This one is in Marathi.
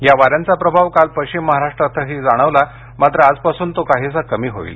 या वार्यांचा प्रभाव काल पश्चिम महाराष्ट्रातही जाणवला मात्र आज पासून तो काहिसा कमी होईल